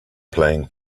playing